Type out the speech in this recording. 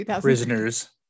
prisoners